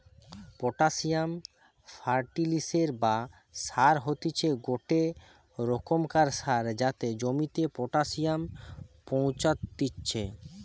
potassium ফার্টিলিসের বা সার হতিছে গটে রোকমকার সার যাতে জমিতে পটাসিয়াম পৌঁছাত্তিছে